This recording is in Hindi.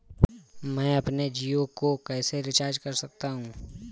मैं अपने जियो को कैसे रिचार्ज कर सकता हूँ?